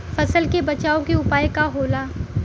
फसल के बचाव के उपाय का होला?